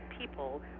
people